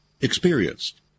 experienced